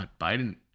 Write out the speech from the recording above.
Biden